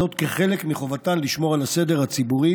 זאת חלק מחובתן לשמור על הסדר הציבורי